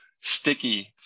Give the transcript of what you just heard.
sticky